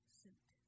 suit